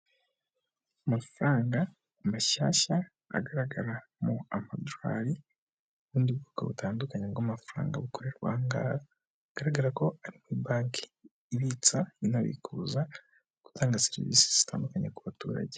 Amafaranga mashyashya agaragara mu madorari, ubundi bwoko butandukanye bw'amafaranga bukorerwa aha ngaha bigaragara ko ari banki ibitsa inabikuza gutanga serivisi zitandukanye ku baturage.